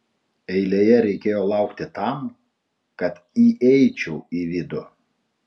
eilėje reikėjo laukti tam kad įeičiau į vidų